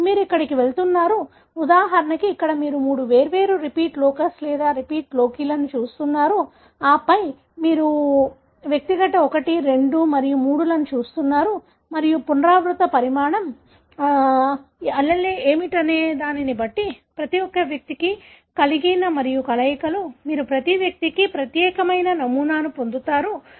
కాబట్టి మీరు ఇక్కడకు వెళ్తున్నారు ఉదాహరణకు ఇక్కడ మీరు మూడు వేర్వేరు రిపీట్ లోకస్ లేదా రిపీట్ లోకీలను చూస్తున్నారు ఆపై మీరు వ్యక్తిగత 1 2 మరియు 3 లను చూస్తున్నారు మరియు పునరావృత పరిమాణం allele ఏమిటనే దానిని బట్టి ప్రతి ఒక్క వ్యక్తి కలిగి మరియు కలయికలు మీరు ప్రతి వ్యక్తికి ప్రత్యేకమైన నమూనాను పొందుతారు